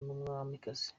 n’umwamikazi